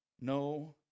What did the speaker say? no